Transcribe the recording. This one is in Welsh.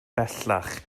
bellach